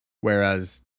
whereas